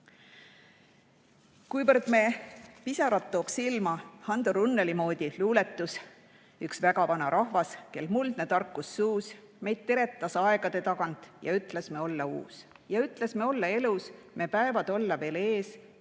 meile pisaraid silma Hando Runneli luuletus: "Üks väga vana rahvas, kel muldne tarkus suus, / meid teretas aegade tagant ja ütles, me olla uus, / ja ütles, me olla elus, me päevad olla veel ees.